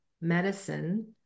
medicine